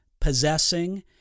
possessing